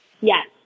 Yes